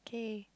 okay